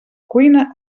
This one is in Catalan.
cuina